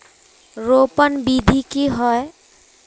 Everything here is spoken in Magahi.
रोपण विधि की होय?